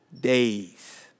days